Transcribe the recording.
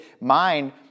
mind